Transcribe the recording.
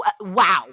wow